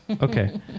Okay